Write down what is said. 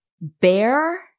Bear